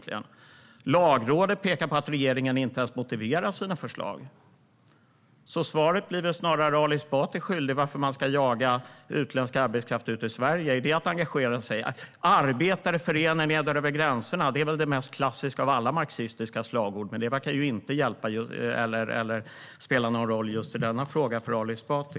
Lagrådet pekar på att regeringen inte ens motiverar sina förslag. Det är väl snarare Ali Esbati som blir svaret skyldig. Varför ska man jaga ut utländsk arbetskraft ur Sverige? Är det att engagera sig? Att arbetare ska förena sig över gränserna är väl det mest klassiska av alla marxistiska slagord. Men det verkar inte spela någon roll just i denna fråga för Ali Esbati.